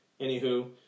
Anywho